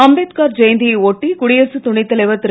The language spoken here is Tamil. அம்பேத்கார் ஜெயந்தியை ஒட்டி குடியரசு துணைத் தலைவர் திரு